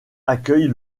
accueille